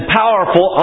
powerful